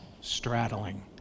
straddling